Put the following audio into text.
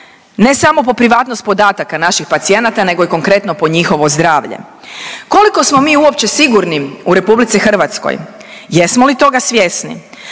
ne samo po privatnost podataka naših pacijenata nego i konkretno, po njihovo zdravlje. Koliko smo mi uopće sigurni u RH? Jesmo li toga svjesni?